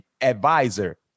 advisor